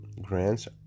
grants